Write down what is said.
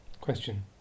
Question